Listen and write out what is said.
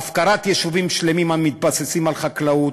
הפקרת יישובים שלמים המתבססים על חקלאים,